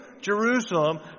Jerusalem